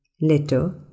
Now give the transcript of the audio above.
Letter